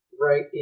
right